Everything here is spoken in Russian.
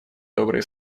добрые